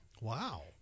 Wow